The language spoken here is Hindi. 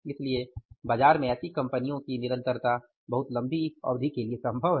इसलिए बाजार में ऐसी कंपनियां की निरंतरता बहुत लंबी अवधि के लिए संभव है